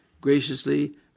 graciously